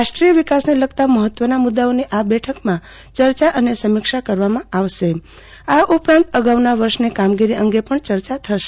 રાષ્ટ્રીય વિકાસને લગતા મહત્વના મુદ્દાઓની આ બેઠકમાં ચર્ચા અને સમીક્ષા કરવામાં આવે છે આ ઉપરાંત અગાઉના વર્ષની કામગીરી અંગે પણ ચર્ચા થાય છે